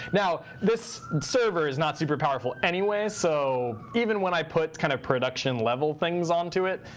now, this server is not super powerful anyway. so even when i put kind of production level things onto it,